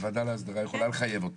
הוועדה להסדרה יכולה לחייב אותו.